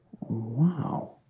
Wow